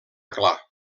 clar